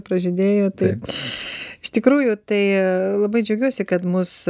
pražydėjo tai iš tikrųjų tai labai džiaugiuosi kad mus